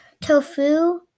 tofu